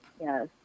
Yes